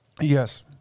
Yes